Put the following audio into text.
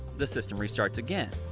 the system restarts again.